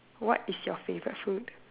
what is your favorite food